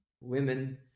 women